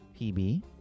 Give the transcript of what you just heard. PB